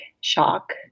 shock